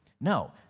No